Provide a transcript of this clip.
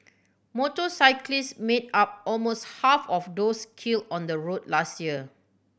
motorcyclists made up almost half of those kill on the road last year